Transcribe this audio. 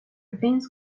veins